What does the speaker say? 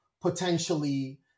potentially